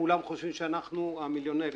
כולם חושבים שאנחנו המיליונרים,